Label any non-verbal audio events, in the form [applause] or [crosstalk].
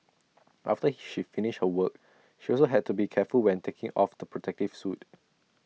after [noise] she finished her work she also had to be careful when taking off the protective suit